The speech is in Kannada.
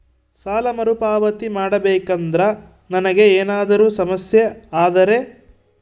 ಸಾಲ ಮರುಪಾವತಿ ಮಾಡಬೇಕಂದ್ರ ನನಗೆ ಏನಾದರೂ ಸಮಸ್ಯೆ ಆದರೆ?